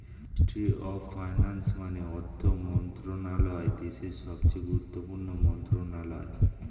ministry of finance মানে অর্থ মন্ত্রণালয় দেশের সবচেয়ে গুরুত্বপূর্ণ মন্ত্রণালয়